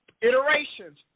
iterations